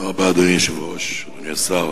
אדוני היושב-ראש, תודה רבה, אדוני השר,